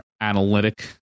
analytic